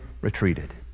retreated